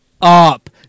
up